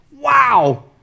Wow